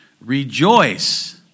Rejoice